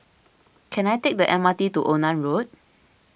can I take the M R T to Onan Road